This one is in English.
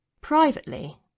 Privately